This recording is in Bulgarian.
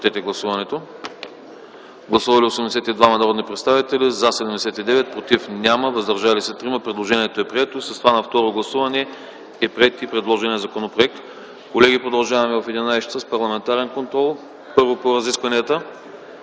доклада. Гласували 82 народни представители: за 79, против няма, въздържали се 3. Предложението е прието. С това на второ гласуване е приет и предложеният законопроект. Колеги, продължаваме в 11,00 ч. с парламентарен контрол. Първо, разискванията